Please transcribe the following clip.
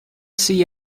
see